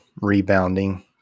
rebounding